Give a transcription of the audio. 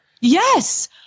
yes